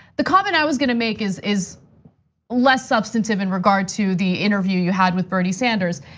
the comment i was going to make is is less substantive in regard to the interview you had with bernie sanders.